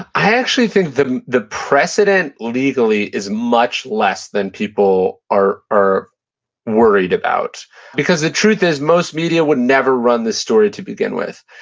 i actually think the the precedent legally is much less than people are are worried about because the truth is, most media would never run this story to begin with.